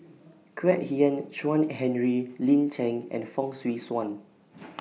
Kwek Hian Chuan Henry Lin Chen and Fong Swee Suan